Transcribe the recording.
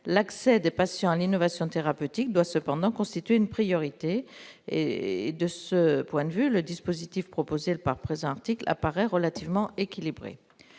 l'accès des patients l'innovation thérapeutique doit cependant constituer une priorité et de ce point de vue, le dispositif proposé par présent article apparaît relativement équilibrée,